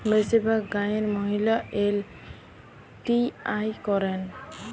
বেশিরভাগ গাঁয়ের মহিলারা এল.টি.আই করেন